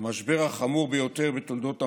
במשבר החמור ביותר בתולדות המדינה,